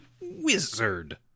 wizard